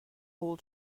all